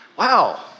wow